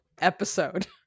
episode